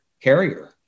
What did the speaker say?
carrier